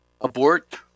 abort